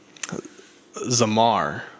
Zamar